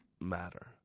matter